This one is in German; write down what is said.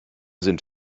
sind